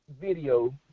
video